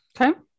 Okay